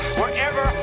wherever